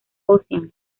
ocean